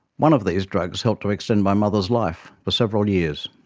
one of these drugs helped to extend my mother's life for several years.